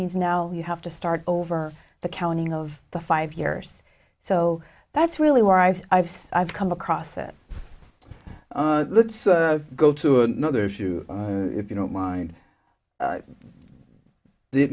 means now you have to start over the counting of the five years so that's really where i've i've i've come across that let's go to another issue if you don't mind the